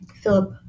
Philip